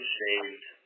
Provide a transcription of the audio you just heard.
shaved